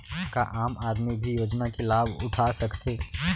का आम आदमी भी योजना के लाभ उठा सकथे?